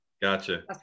Gotcha